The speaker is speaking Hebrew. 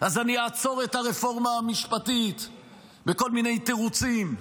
אז אעצור את הרפורמה המשפטית בכל מיני תירוצים.